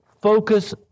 Focus